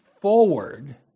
forward